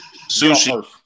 sushi